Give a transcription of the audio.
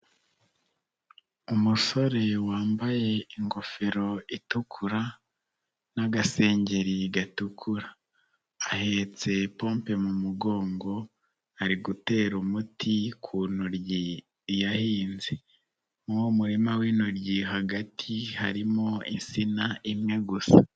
Umusore wambaye ingofero itukura n'agasengeri gatukura, ahetse ipompe mu mugongo ari gutera umuti ku ntoyi yahinze, muri uwo murima w'intoryi hagati harimo insina imwe gusa.